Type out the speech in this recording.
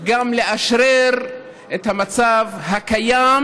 גם לאשרר את המצב הקיים,